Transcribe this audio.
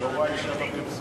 את לא רואה אשה בפרסומת.